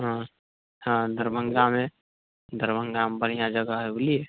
हुँ हँ दरभङ्गामे दरभङ्गामे बढ़िआँ जगह हइ बुझलिए